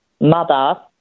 mother